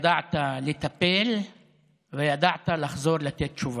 ידעת לטפל וידעת לחזור לתת תשובה.